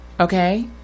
Okay